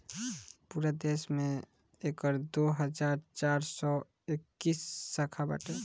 पूरा देस में एकर दो हज़ार चार सौ इक्कीस शाखा बाटे